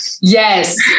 yes